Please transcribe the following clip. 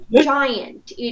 giant